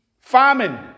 famine